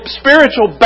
spiritual